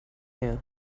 here